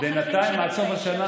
בינתיים, עד סוף השנה,